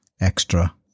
extra